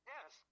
Yes